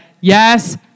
yes